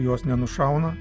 jos nenušauna